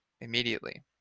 immediately